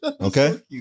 okay